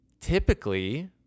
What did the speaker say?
typically